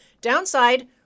Downside